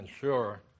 sure